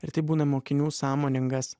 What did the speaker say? ir tai būna mokinių sąmoningas